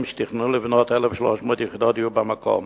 שתכננו לבנות 1,300 יחידות דיור במקום.